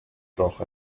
dock